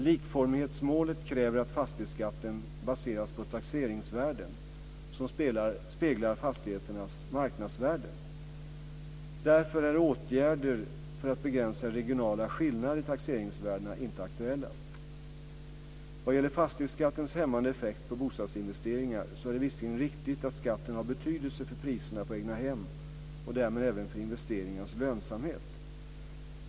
Likformighetsmålet kräver att fastighetsskatten baseras på taxeringsvärden som speglar fastigheternas marknadsvärden. Därför är åtgärder för att begränsa regionala skillnader i taxeringsvärdena inte aktuella. Vad gäller fastighetsskattens hämmande effekt på bostadsinvesteringar är det visserligen riktigt att skatten har betydelse för priserna på egnahem och därmed även för investeringarnas lönsamhet.